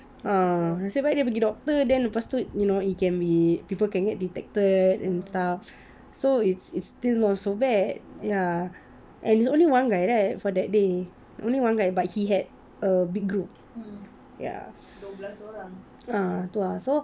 ah naisb baik dia pergi doctor then lepas tu you know it can be people can get detected and stuff so it's it's still not so bad ya and is only one guy right for that day only one guy but he had a big group ya ah tu ah so